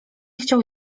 chciał